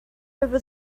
over